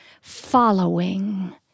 following